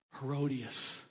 Herodias